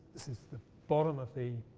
this is the bottom of the